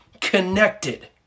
connected